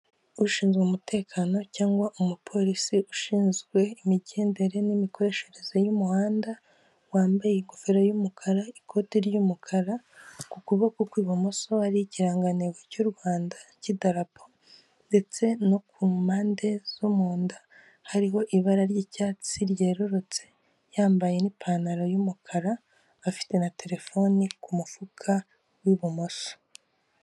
Ushinzwe umutekano cyangwa umupolisi ushinzwe imigendere n'imikoreshereze y'umuhanda, wambaye ingofero y'umukara, ikoti ry'umukara, ku kuboko kw'ibumoso hari ikirangantego cy'u Rwanda kidarapo ndetse no ku mpande zo mu nda hariho ibara ry'icyatsi ryerurutse yambaye ipantaro y'umukara, afite na telefoni ku mufuka w'ibumoso.